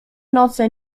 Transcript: noce